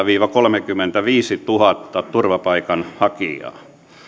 viiva kolmekymmentäviisituhatta turvapaikanhakijaa